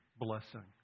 blessing